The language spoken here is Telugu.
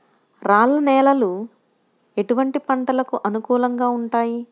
రాళ్ల నేలలు ఎటువంటి పంటలకు అనుకూలంగా ఉంటాయి?